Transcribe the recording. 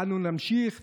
אנו נמשיך,